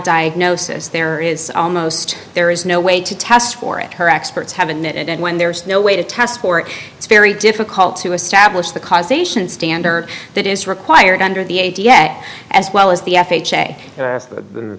diagnosis there is almost there is no way to test for it her experts haven't it and when there is no way to test for it it's very difficult to establish the causation standard that is required under the ada yet as well as the f h a